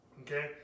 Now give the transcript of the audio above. Okay